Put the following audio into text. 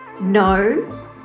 no